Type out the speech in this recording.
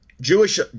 Jewish